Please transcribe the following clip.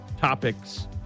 topics